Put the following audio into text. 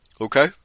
Okay